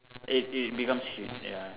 it it becomes huge ya